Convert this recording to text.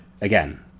again